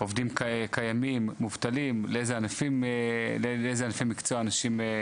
עובדים קיימים, מובטלים, לאיזה ענפי מקצוע אנשים?